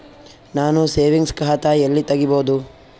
ನಾನು ಸೇವಿಂಗ್ಸ್ ಖಾತಾ ಎಲ್ಲಿ ತಗಿಬೋದು?